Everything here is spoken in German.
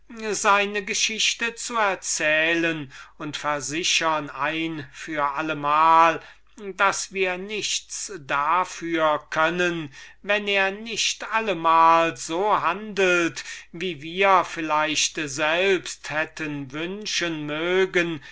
seine geschichte zu erzählen und versichern ein für allemal daß wir nicht dafür können wenn er nicht allemal so handelt wie wir vielleicht selbst hätten wünschen mögen